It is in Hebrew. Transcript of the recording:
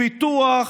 לפיתוח,